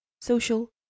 Social